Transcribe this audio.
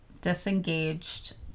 disengaged